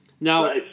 Now